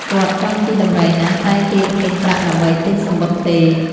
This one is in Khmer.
គាត់ចង់ជិះដំរីណាស់ តែគេគ្មានប្រាក់ដើម្បីទិញសំបុត្រទេ ។